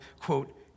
quote